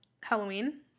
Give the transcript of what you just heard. Halloween